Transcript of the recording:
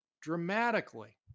dramatically